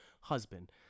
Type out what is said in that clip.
husband